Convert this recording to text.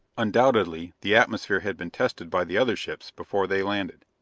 undoubtedly the atmosphere had been tested by the other ships before they landed.